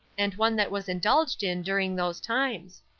and one that was indulged in during those times.